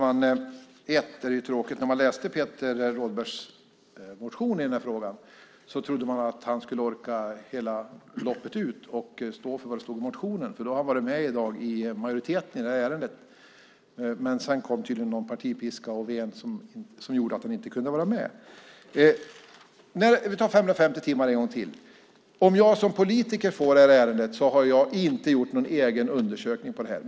Fru talman! När man läste Peter Rådbergs motion i den här frågan trodde man att han skulle orka hela loppet ut och stå för det som står i motionen. Då hade han varit med majoriteten i dag i det här ärendet. Men sedan ven tydligen någon partipiska som gjorde att han inte kunde vara med. Vi tar frågan om de 550 timmarna en gång till. Om jag som politiker får det här ärendet gör jag inte någon egen undersökning av det.